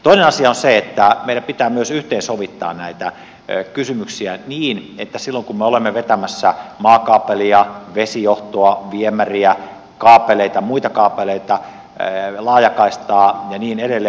toinen asia on se että meidän pitää myös yhteensovittaa näitä kysymyksiä niin että silloin kun me olemme vetämässä maakaapelia vesijohtoa viemäriä muita kaapeleita laajakaistaa valokuituja ja niin edelleen